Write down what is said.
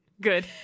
Good